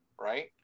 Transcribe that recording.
right